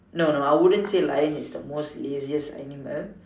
no no I wouldn't say lion is the most laziest animal